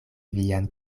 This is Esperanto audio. vian